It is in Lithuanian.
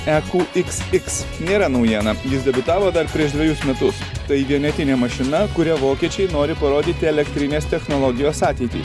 e kū iks iks nėra naujiena jis debiutavo dar prieš dvejus metus tai vienetinė mašina kuria vokiečiai nori parodyti elektrinės technologijos ateitį